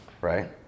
right